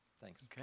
Thanks